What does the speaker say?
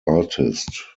artist